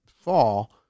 fall